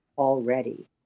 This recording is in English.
already